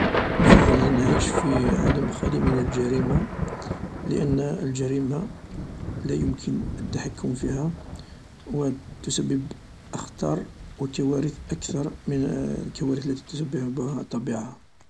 نفضل نعيش في عالم خالي من الجريمة لأن الجريمة لا يمكن التحكم فيها و تسبب أخطار و كوارث أكثر من الكوارث التي تسببها الطبيعة.